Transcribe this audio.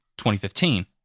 2015